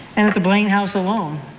and at the blaine house alone,